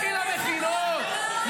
לכי למכינות,